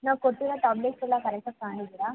ನಾವು ಕೊಟ್ಟಿರೋ ಟ್ಯಾಬ್ಲೆಟ್ಸ್ ಎಲ್ಲ ಕರೆಕ್ಟಾಗಿ ತಗೊಂಡಿದೀರಾ